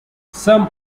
some